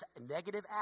negative